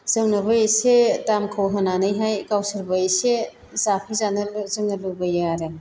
जोंनोबो एसे दामखौ होनानैहाय गावसोरबो एसे जाफैजानोबो जोङो लुबैयो आरो